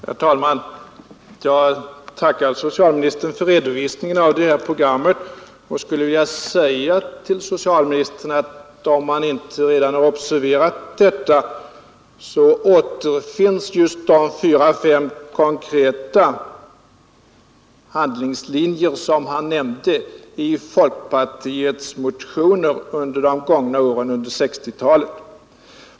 Herr talman! Jag tackar socialministern för att han nu redovisade detta program och skulle vilja erinra honom, om han inte redan har observerat detta, att just de fyra fem konkreta handlingslinjer som han nämnde återfinns i folkpartiets sjukvårdsmotioner under 1960-talet.